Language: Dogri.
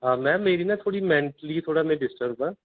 हां मैम मेरी ना थोह्ड़ी मेंटली में ना डिस्टर्ब आं